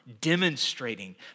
demonstrating